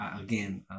again